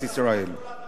תודה רבה לך,